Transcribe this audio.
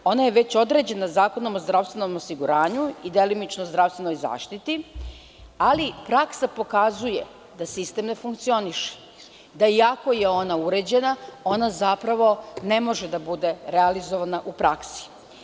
Ona je određena Zakonom o zdravstvenom osiguranju i delimično Zakonom o zdravstvenoj zaštiti, ali praksa pokazuje da sistem ne funkcioniše, da iako je ona uređena, ona zapravo ne može biti realizovana u praksi.